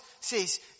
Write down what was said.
says